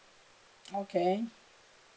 okay